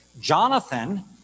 Jonathan